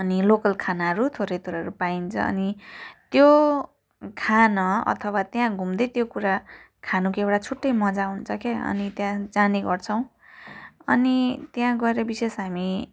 अनि लोकल खानाहरू थोरै थोरैहरू पाइन्छ अनि त्यो खान अथवा त्यहाँ घुम्दै त्यो कुरा खानुको एउटा छुट्टै मजा हुन्छ के अनि त्यहाँ जाने गर्छौँ अनि त्यहाँ गएर विशेष हामी